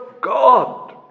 God